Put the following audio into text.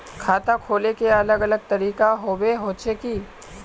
खाता खोले के अलग अलग तरीका होबे होचे की?